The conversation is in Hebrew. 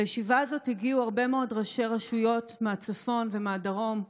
לישיבה הזו הגיעו הרבה מאוד ראשי רשויות מהצפון ומהדרום,